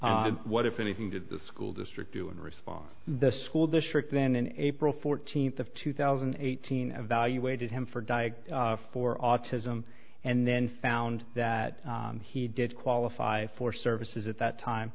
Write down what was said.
what if anything did the school district do in response to the school district then in april fourteenth of two thousand and eighteen evaluated him for dying for autism and then found that he did qualify for services at that time